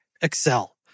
Excel